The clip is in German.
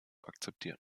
akzeptieren